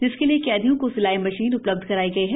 जिसके लिए कैदियों को सिलाई मशीन उपलब्ध कराई गई है